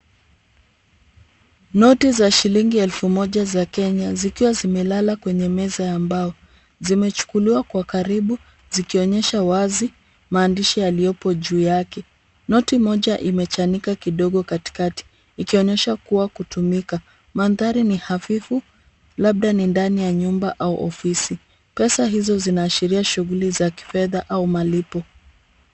Noti za shilingi elfu moja za Kenya zikiwa zimelala kwenye meza ya mbao. Zimechukuliwa kwa karibu zikionyesha wazi maaandishi yaliyopo juu yake. Noti moja imechanika kidogo katikati ikionyesha kuwa kutumika. Mandhari ni hafifu labda ni ndani ya nyumba au ofisi. Pesa hizo zinaashiria shughuli za kifedha au malipo.